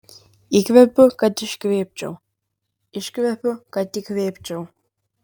įkvepiu kad iškvėpčiau iškvepiu kad įkvėpčiau